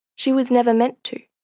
she was never meant to.